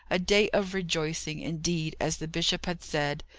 a day of rejoicing, indeed, as the bishop had said.